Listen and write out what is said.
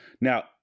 Now